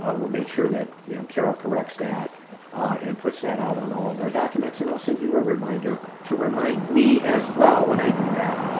ah we'll make sure that you know carol correct that and puts that out on all of our documents, and i'll send you a reminder to remind me as well when i do that,